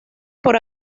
por